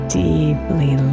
deeply